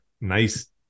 nice